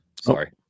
sorry